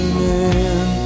man